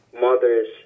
mothers